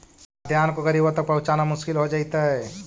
खाद्यान्न को गरीबों तक पहुंचाना मुश्किल हो जइतइ